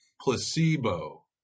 placebo